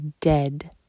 dead